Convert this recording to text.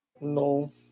No